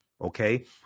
okay